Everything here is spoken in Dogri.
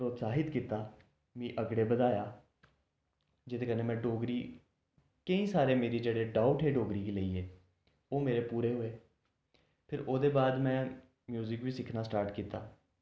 प्रोत्साहित कीता मिगी अगड़े बधाया जेदे कन्नै में डोगरी केईं सारे मेरे जेह्ड़े डाउट हे डोगरी गी लेइयै ओह् मेरे पूरे होए फिर ओह्दे बाद में म्यूजिक बी सिक्खना स्टार्ट कीता